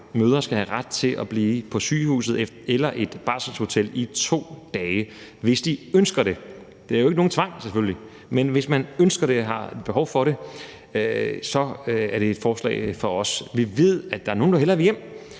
mødre skal have ret til at blive på sygehuset eller et barselshotel i 2 dage, hvis de ønsker det. Det er jo selvfølgelig ikke nogen tvang. Men hvis de ønsker det og har et behov for det, er det et forslag fra os. Vi ved, at der er nogle, der hellere vil hjem,